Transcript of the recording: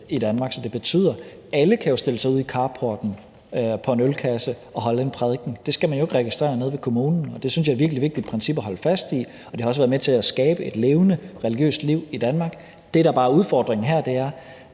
i Danmark. Og det betyder, at alle kan stille sig ud i carporten på en ølkasse og holde en prædiken. Det skal man jo ikke registrere nede ved kommunen, og det synes jeg er et virkelig vigtigt princip at holde fast i. Det har også været med til at skabe et levende religiøst liv i Danmark. Det, der bare er udfordringen her, er,